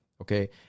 okay